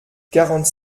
quarante